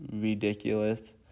ridiculous